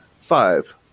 Five